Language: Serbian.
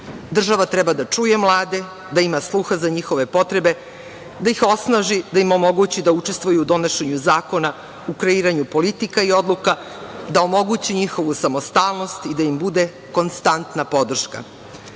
Država treba da čuje mlade, da ima sluha za njihove potrebe, da ih osnaži, da im omogući da učestvuju u donošenju zakona u kreiranju politika i odluka, da omogući njihovu samostalnost i da im bude konstantna podrška.